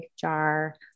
jar